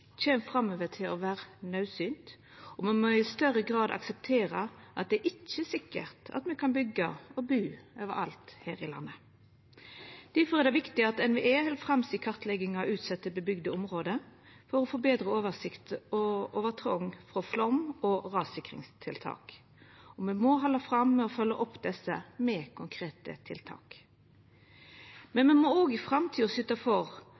kjem framover til å vera naudsynt, og me må i større grad akseptera at det ikkje er sikkert at me kan byggja og bu overalt her i landet. Difor er det viktig at NVE held fram si kartlegging av utsette område med busetnad for å få betre oversikt over trongen for flom- og rassikringstiltak. Me må halda fram med å følgja opp desse med konkrete tiltak. Me må i framtida òg syta for